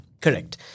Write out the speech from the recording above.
Correct